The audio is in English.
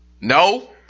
No